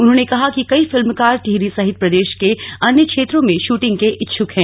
उन्होंने कहा कि कई फिल्मकार टिहरी सहित प्रदेश के अन्य क्षेत्रों में शूटिंग के इच्छुक हैं